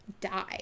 die